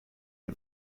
are